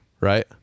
right